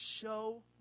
show